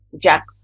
Jack